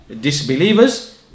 disbelievers